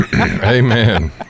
Amen